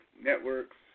networks